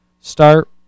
start